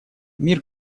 мир